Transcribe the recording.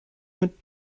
mit